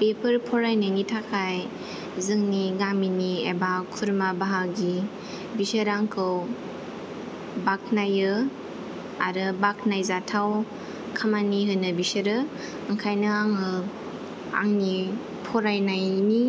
बेफोर फरायनायनि थाखाय जोंनि गामिनि एबा खुरमा बाहागि बिसोर आंखौ बाखनायो आरो बाखनायजाथाव खामानि होनो बिसोरो ओंखायनो आङो आंनि फरायनायनि